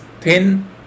thin